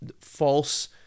false